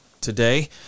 today